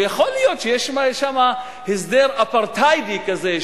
ויכול להיות שיש שם הסדר אפרטהיידי כזה,